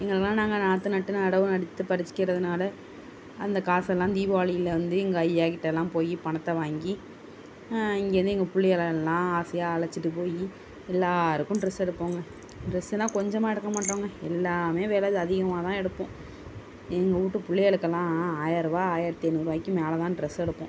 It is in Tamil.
நாங்கள் நாற்று நட்டு நடவு நட்டு பறிக்கிறதனால் அந்த காசெல்லாம் தீபாவளியில் வந்து எங்கள் ஐயாக்கிட்டெலாம் போய் பணத்தை வாங்கி இங்கேருந்து எங்கள் பிள்ளைகளெல்லா ஆசையாக அழைச்சிட்டு போய் எல்லோருக்கும் ட்ரஸ் எடுப்போம்ங்க ட்ரஸ்ன்னால் கொஞ்சமாக எடுக்கமாட்டோம்க எல்லாமே வில அதிகமாகதான் எடுப்போம் எங்கள் வீட்டு புள்ளைகளுக்கெல்லாம் ஆயரூபா ஆயரத்தி ஐநூறுபாய்க்கு மேலேதான் ட்ரஸ் எடுப்போம்